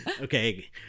Okay